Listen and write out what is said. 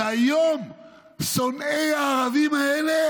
היום שונאי הערבים האלה